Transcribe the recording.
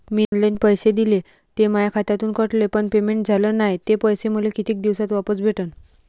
मीन online पैसे दिले, ते माया खात्यातून कटले, पण पेमेंट झाल नायं, ते पैसे मले कितीक दिवसात वापस भेटन?